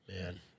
Man